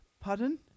Pardon